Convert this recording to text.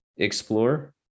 explore